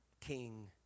king